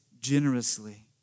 generously